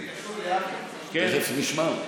תכף נשמע.